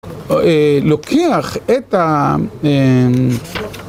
לוקח את ה...